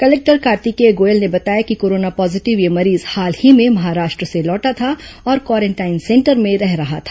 collector Kartikeya Goyal ने बताया कि कोरोना पॉजीटिव यह मरीज हाल ही में महाराष्ट्र से लौटा था और क्वारेंटाइन सेंटर में रह रहा था